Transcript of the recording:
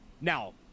Now